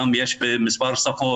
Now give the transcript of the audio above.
יש גם במספר שפות,